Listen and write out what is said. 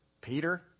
Peter